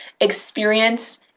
experience